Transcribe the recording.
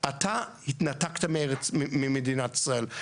אתה התנתקת ממדינת ישראל,